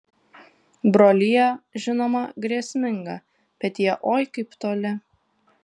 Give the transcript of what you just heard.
brolija žinoma grėsminga bet jie oi kaip toli